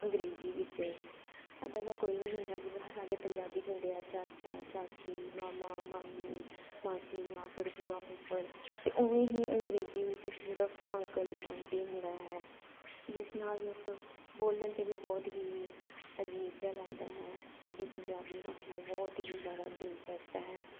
ਅੰਗਰੇਜੀ ਵਿੱਚ ਇੱਦਾਂ ਦਾ ਕੋਈ ਨਹੀਂ ਹੁੰਦਾ ਜਿਵੇਂ ਸਾਡੇ ਪੰਜਾਬੀ 'ਚ ਹੁੰਦੇ ਆ ਚਾਚਾ ਚਾਚੀ ਮਾਮਾ ਮਾਮੀ ਮਾਸੀ ਮਾਸੜ ਭੂਆ ਫੁੱਫੜ ਅਤੇ ਉਵੇਂ ਹੀ ਅੰਗਰੇਜ਼ੀ ਵਿੱਚ ਅਸੀਂ ਸਿਰਫ ਅੰਕਲ ਆਂਟੀ ਹੁੰਦਾ ਹੈ ਜਿਸ ਨਾਲ ਮਤਲਬ ਬੋਲਣ 'ਚ ਵੀ ਬਹੁਤ ਹੀ ਅਜੀਬ ਜਿਹਾ ਲੱਗਦਾ ਹੈ ਸਾਡੀ ਪੰਜਾਬੀ ਭਾਸ਼ਾ ਬਹੁਤ ਹੀ ਜ਼ਿਆਦਾ ਦਿਲਚਸਪ ਹੈ